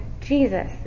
Jesus